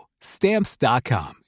Stamps.com